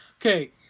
Okay